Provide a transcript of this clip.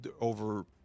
over